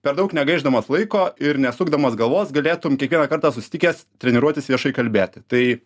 per daug negaišdamas laiko ir nesukdamas galvos galėtum kiekvieną kartą susitikęs treniruotis viešai kalbėti tai